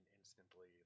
instantly